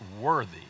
worthy